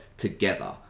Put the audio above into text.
Together